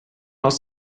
aus